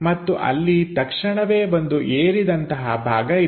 ಮತ್ತು ಅಲ್ಲಿ ತಕ್ಷಣವೇ ಒಂದು ಏರಿದಂತಹ ಭಾಗ ಇದೆ